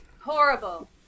Horrible